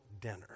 dinner